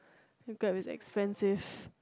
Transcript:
Grab is expensive